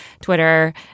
Twitter